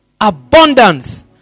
Abundance